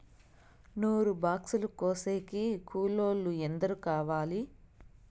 నూరు బాక్సులు కోసేకి కూలోల్లు ఎందరు కావాలి?